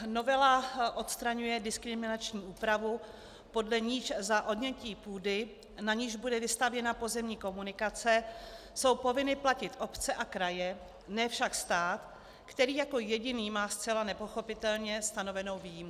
Novela odstraňuje diskriminační úpravu, podle níž za odnětí půdy, na níž bude vystavěna pozemní komunikace, jsou povinny platit obce a kraje, ne však stát, který jako jediný má zcela nepochopitelně stanovenu výjimku.